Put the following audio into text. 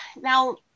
Now